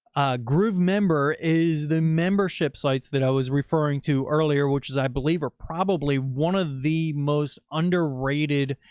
a groovemember is the membership sites that i was referring to earlier, which is, i believe are probably one of the most underrated,